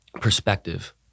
perspective